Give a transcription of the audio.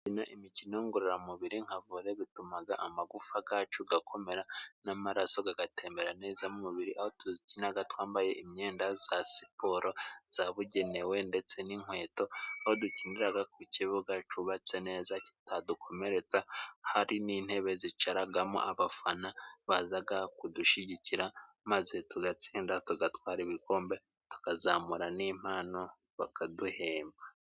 Gukina imikino ngororamubiri nka vore bituma amagufwa yacu akomera n'amaraso agatembera neza mu umubiri, aho dukina twambaye imyenda ya siporo yabugenewe ndetse n'inkweto. Aho dukinira ku kibuga cyubatse neza kitadukomeretsa, hari n'intebe zicaramo abafana baza kudushyigikira maze tugatsinda tugatwara ibikombe tukazamura n'impano bakaduhemba.